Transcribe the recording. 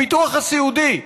הביטוח הסיעודי,